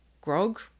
Grog